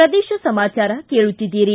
ಪ್ರದೇಶ ಸಮಾಚಾರ ಕೇಳುತ್ತಿದ್ದಿರಿ